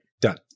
done